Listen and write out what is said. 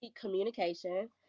communication